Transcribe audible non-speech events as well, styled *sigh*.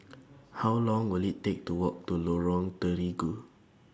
*noise* How Long Will IT Take to Walk to Lorong Terigu